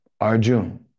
Arjun